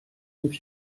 and